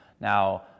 Now